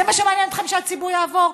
זה מה שמעניין אתכם שהציבור יעבור?